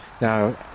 Now